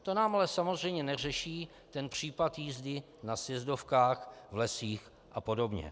To nám ale samozřejmě neřeší případ jízdy na sjezdovkách, v lesích a podobně.